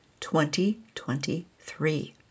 2023